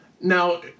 Now